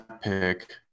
pick